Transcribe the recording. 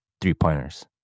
three-pointers